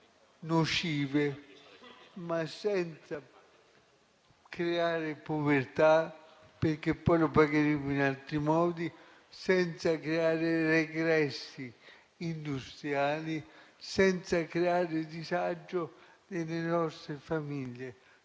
avviene ma senza creare povertà, perché poi la pagheremmo in altri modi; senza creare regressi industriali, senza creare disagio nelle nostre famiglie,